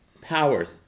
powers